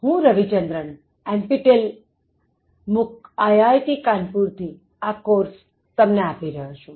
હું Ravichandran NPTEL MOOC IIT Kanpur થી આ કોર્સ તમને આપી રહ્યો છું